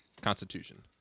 Constitution